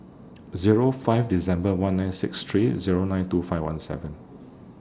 Zero five December one nine six three Zero nine two five one seven